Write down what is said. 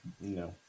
No